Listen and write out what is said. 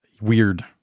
weird